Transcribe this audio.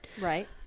right